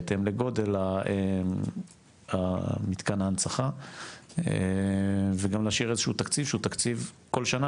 בהתאם לגודל מתקן ההנצחה וגם להשאיר איזשהו תקציב שהוא תקציב כל שנה,